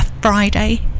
friday